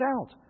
out